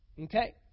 Okay